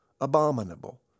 abominable